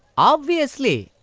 obviously.